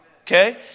Okay